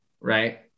Right